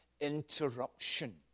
interruption